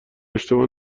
اشتباه